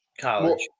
college